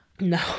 No